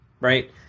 right